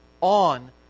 on